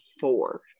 four